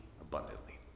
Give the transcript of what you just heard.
abundantly